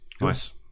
Nice